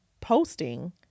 posting